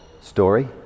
story